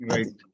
Right